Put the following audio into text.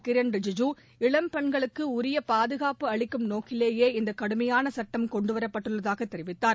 கிரண் ரிஜிஜு இளம் பெண்களுக்கு உரிய பாதுகாப்பு அளிக்கும் நோக்கிலேயே இந்த கடுமையான சட்டம் கொண்டுவரப்பட்டுள்ளதாக தெரிவித்தார்